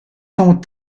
sont